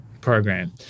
program